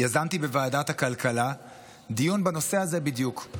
יזמתי בוועדת הכלכלה דיון בנושא הזה בדיוק,